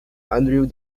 andrew